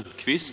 ekonomiskt